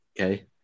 Okay